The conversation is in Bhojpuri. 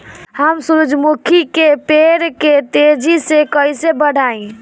हम सुरुजमुखी के पेड़ के तेजी से कईसे बढ़ाई?